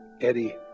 Eddie